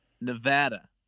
Nevada